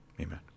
amen